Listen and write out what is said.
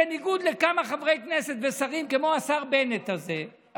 בניגוד לכמה חברי כנסת ושרים כמו השר בנט הזה,